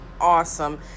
awesome